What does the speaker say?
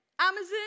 Amazon